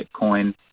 Bitcoin